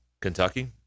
Kentucky